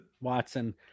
Watson